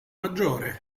maggiore